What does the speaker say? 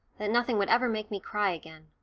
that nothing would ever make me cry again.